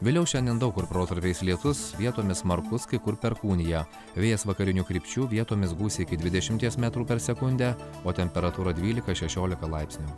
vėliau šiandien daug kur protarpiais lietus vietomis smarkus kai kur perkūnija vėjas vakarinių krypčių vietomis gūsiai iki dvidešimties metrų per sekundę o temperatūra dvylika šešiolika laipsnių